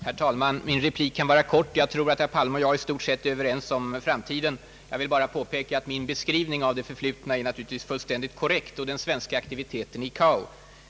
Herr talman! Min replik kan bli kort. Jag tror att herr Palme och jag i stort sett kan vara överens om framtiden. Jag vill påpeka att min beskrivning av det förflutna och den svenska aktiviteten i ICAO naturligtvis är fullständigt korrekt.